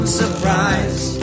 surprise